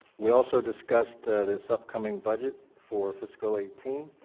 we also discussed this upcoming budget for fiscal eighteen.